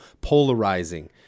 polarizing